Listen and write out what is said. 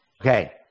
Okay